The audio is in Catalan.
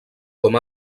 com